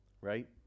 right